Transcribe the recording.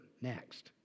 next